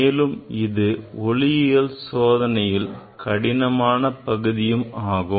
மேலும் இது ஒளியியல் சோதனையில் கடினமான பகுதியாகும்